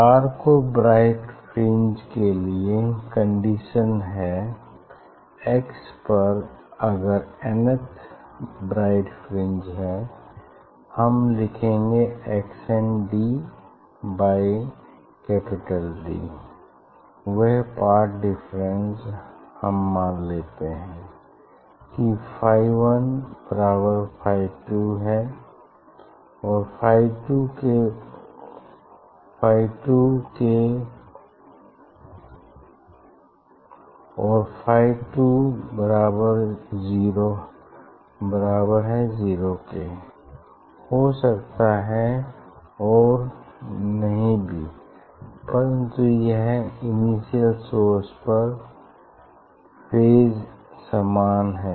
dark और bright fringe के लिए कंडीशन है x पर अगर n थ ब्राइट फ्रिंज है हम लिखेंगे x n d by D वह पाथ डिफरेंस हम मान लेते है कि फाई 1 बराबर है फाई 2 के और फाई 2 जीरो के बराबर हो सकता है और नहीं भी परन्तु यह इनिशियली सोर्स पर फेज समान है